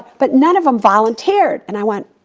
but none of them volunteered. and i went,